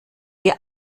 wir